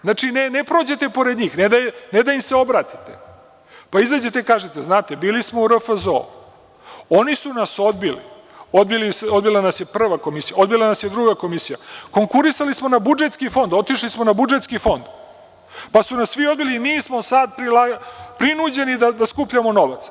Znači, ne prođete pored njih, ne da im se obratite, pa izađete i kažete – znate, bili smo u RFZO, oni su nad odbili, odbila nas je prva komisija, odbila nas je druga komisija, konkurisali smo na budžetski fond, otišli smo na budžetski fond, pa su nas svi odbili i mi smo sada prinuđeni da skupljamo novac.